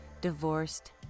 divorced